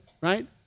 right